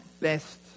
best